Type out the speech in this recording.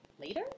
later